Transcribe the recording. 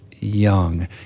young